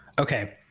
Okay